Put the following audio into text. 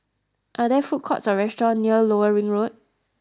are there food courts or restaurants near Lower Ring Road